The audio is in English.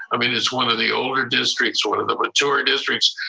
i mean, it's one of the older districts sort of the mature districts.